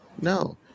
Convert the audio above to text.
no